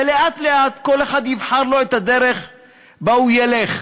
ולאט-לאט, כל אחד יבחר לו את הדרך שבה הוא ילך.